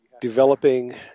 developing